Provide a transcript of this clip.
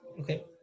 Okay